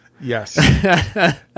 Yes